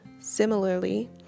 Similarly